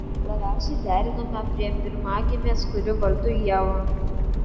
labiausiai derinome prie pirmagimės kuri vardu ieva